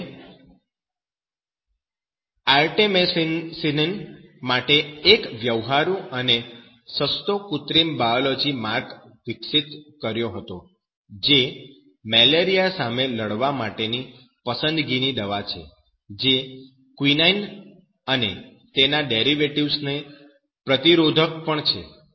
તેમણે "આર્ટેમેસીનીન " માટે એક વ્યવહારુ અને સસ્તો કૃત્રિમ બાયોલોજી માર્ગ વિકસિત કર્યો હતો કે જે મેલેરિયા સામે લડવા માટેની પસંદગીની દવા છે જે ક્વિનાઈન અને તેના ડેરિવેટિવ્ઝ ને પ્રતિરોધક પણ છે